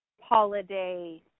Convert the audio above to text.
holiday